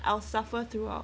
I will suffer throughout